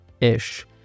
ish